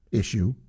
issue